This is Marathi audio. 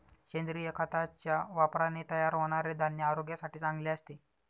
सेंद्रिय खताच्या वापराने तयार होणारे धान्य आरोग्यासाठी चांगले असते